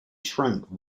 shrank